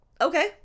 Okay